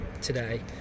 today